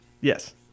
Yes